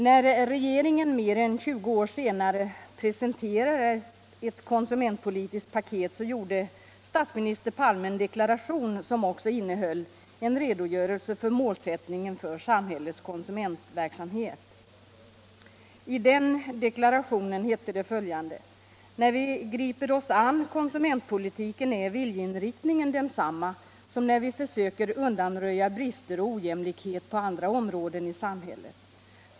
När regeringen mer än 20 år senare presenterade ett konsumentpolitiskt paket, gjorde statsminister Palme en deklaration som också innehöll en redogörelse för målsättningen för samhällets konsumentverksamhet. I den deklarationen hette det: ”När vi griper oss an konsumentpolitiken är viljeinriktningen densamma som när vi försöker undanröja brister och ojämlikheter på andra områden i samhället.